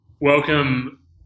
welcome